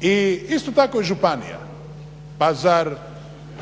i isto tako i županija. Pa zar